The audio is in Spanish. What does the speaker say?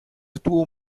estuvo